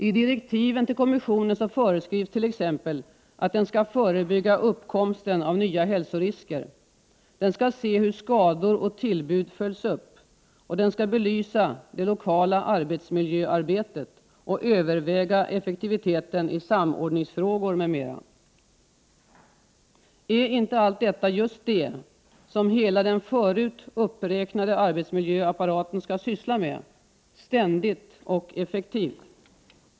I direktiven till kommissionen föreskrivs t.ex. att den skall förebygga uppkomsten av nya hälsorisker, se hur skador och tillbud följs upp, belysa det lokala arbetsmiljöarbetet, överväga effektiviteten i samordningsfrågor m.m. Är inte allt detta just det som hela den förut uppräknade arbetsmiljöapparaten skall syssla med — ständigt och effektivt?